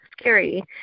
scary